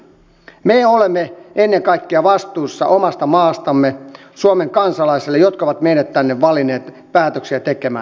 me olemme ennen kaikkea vastuussa omasta maastamme suomen kansalaisille jotka ovat meidät tänne valinneet päätöksiä tekemään